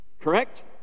Correct